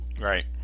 Right